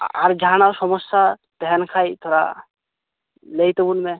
ᱟᱨ ᱡᱟᱦᱟᱱᱟᱜ ᱥᱚᱢᱚᱥᱥᱟ ᱛᱟᱦᱮᱱ ᱠᱷᱟᱡ ᱛᱷᱚᱲᱟ ᱞᱟᱹᱭ ᱛᱟᱵᱚᱱ ᱢᱮ